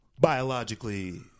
biologically